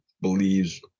believes